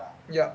yup